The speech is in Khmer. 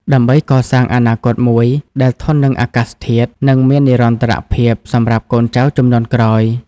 ដើម្បីកសាងអនាគតមួយដែលធន់នឹងអាកាសធាតុ និងមាននិរន្តរភាពសម្រាប់កូនចៅជំនាន់ក្រោយ។